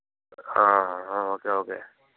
okay okay